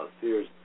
fears